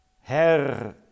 Herr